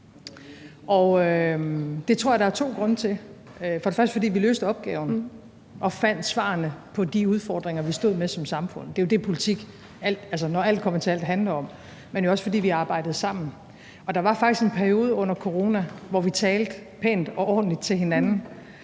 det tror jeg der var to grunde til. Det var for det første, fordi vi løste opgaven og fandt svarene på de udfordringer, vi stod med som samfund – altså, det er jo det, som politik, når alt kommer til alt, handler om – og for det andet, fordi vi arbejdede sammen. Der var faktisk en periode under corona, hvor vi talte pænt og ordentligt til hinanden,